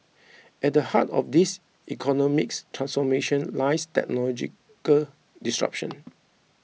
at the heart of this economics transformation lies technological disruption